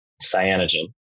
Cyanogen